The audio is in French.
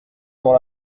dans